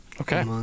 Okay